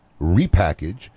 repackage